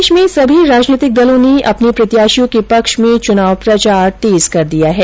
प्रदेश में सभी राजनैतिक दलों ने अपने प्रत्याशियों के पक्ष में चुनाव प्रचार तेज कर दिया है